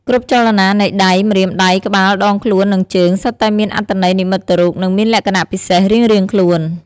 គ្រប់ចលនានៃដៃ ម្រាមដៃ ក្បាល ដងខ្លួន និងជើង សុទ្ធតែមានអត្ថន័យនិមិត្តរូប និងមានលក្ខណៈពិសេសរៀងៗខ្លួន។